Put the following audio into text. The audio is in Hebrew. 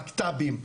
בקת"בים.